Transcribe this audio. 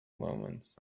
moments